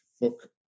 book